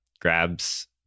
grabs